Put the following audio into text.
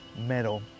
medal